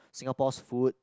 Singapore's food